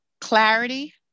clarity